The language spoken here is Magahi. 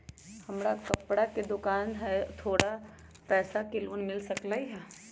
हमर कपड़ा के दुकान है हमरा थोड़ा पैसा के लोन मिल सकलई ह?